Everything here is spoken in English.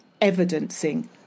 evidencing